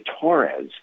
Torres